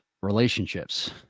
Relationships